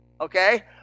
okay